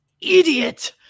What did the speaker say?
Idiot